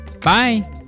Bye